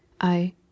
I